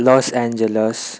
Los Angeles